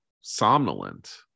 somnolent